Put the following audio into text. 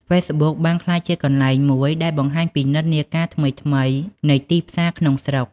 ហ្វេសប៊ុកបានក្លាយជាកន្លែងមួយដែលបង្ហាញពីនិន្នាការថ្មីៗនៃទីផ្សារក្នុងស្រុក។